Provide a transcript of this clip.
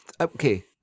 okay